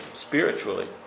spiritually